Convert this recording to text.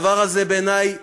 הדבר הזה, בעיני,